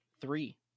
Three